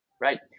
right